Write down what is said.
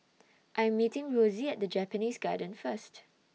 I Am meeting Rosie At Japanese Garden First